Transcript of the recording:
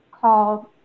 called